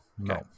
no